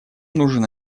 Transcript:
нужен